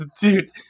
dude